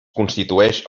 constitueix